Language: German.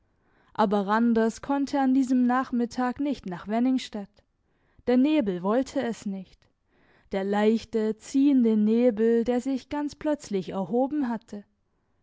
aber randers konnte an diesem nachmittag nicht nach wenningstedt der nebel wollte es nicht der leichte ziehende nebel der sich ganz plötzlich erhoben hatte